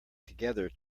together